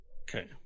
Okay